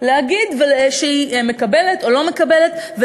להגיד שהיא מקבלת או לא מקבלת אותו,